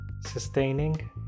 sustaining